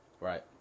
right